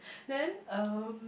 then um